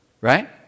Right